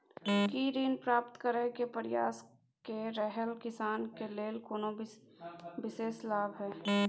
की ऋण प्राप्त करय के प्रयास कए रहल किसान के लेल कोनो विशेष लाभ हय?